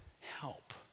help